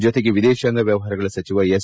ಜೊತೆಗೆ ವಿದೇಶಾಂಗ ವ್ಯವಹಾರಗಳ ಸಚಿವ ಎಸ್